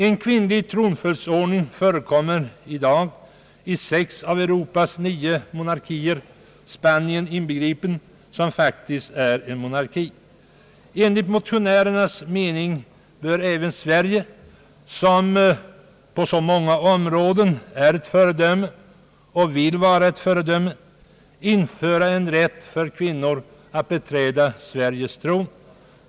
En kvinnlig tronföljdsordning förekommer i dag i sex av Europas nio monarkier, Spanien som faktiskt är en monarki, inbegripet. Enligt motionärernas mening bör även Sverige som på många områden är ett föredöme och vill vara ett föredöme införa rätt för kvinnor att beträda tronen.